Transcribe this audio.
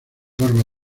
barba